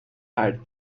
had